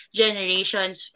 generations